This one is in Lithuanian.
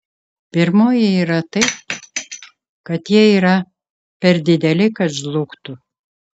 pirmoji yra tai kad jie yra per dideli kad žlugtų